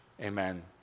amen